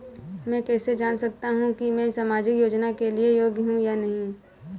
मैं कैसे जान सकता हूँ कि मैं सामाजिक योजना के लिए योग्य हूँ या नहीं?